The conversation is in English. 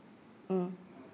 mm